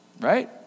right